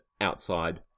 outside